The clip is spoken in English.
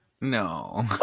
No